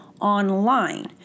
online